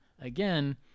again